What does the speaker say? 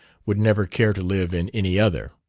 would never care to live in any other.